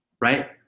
right